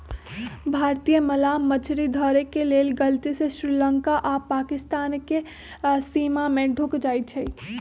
भारतीय मलाह मछरी धरे के लेल गलती से श्रीलंका आऽ पाकिस्तानके सीमा में ढुक जाइ छइ